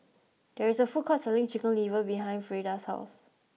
there is a food court selling chicken liver behind Freida's house